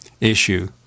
issue